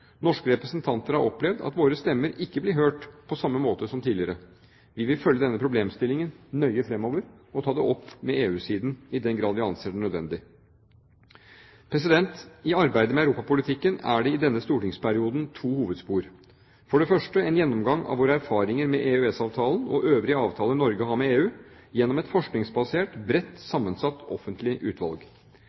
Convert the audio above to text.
Norske representanter har opplevd at våre stemmer ikke blir hørt på samme måte som tidligere. Vi vil følge denne problemstillingen nøye fremover og ta det opp med EU-siden i den grad vi anser det nødvendig. I arbeidet med europapolitikken er det i denne stortingsperioden to hovedspor: for det første en gjennomgang av våre erfaringer med EØS-avtalen og øvrige avtaler Norge har med EU, gjennom et forskningsbasert, bredt sammensatt offentlig utvalg.